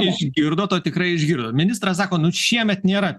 išgirdo to tikrai išgirdo ministras sako nu šiemet nėra